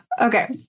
Okay